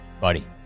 buddy